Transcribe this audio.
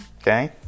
okay